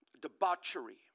debauchery